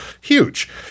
Huge